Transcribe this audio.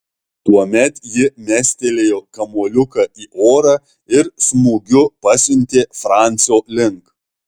tuomet ji mestelėjo kamuoliuką į orą ir smūgiu pasiuntė francio link